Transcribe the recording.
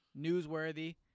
newsworthy